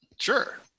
Sure